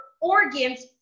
organs